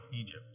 Egypt